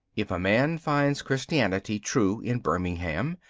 if a man finds christianity true in birmingham,